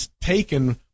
taken